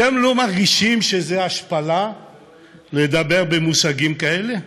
אתם לא מרגישים שזו השפלה לדבר במושגים כאלה?